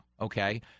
Okay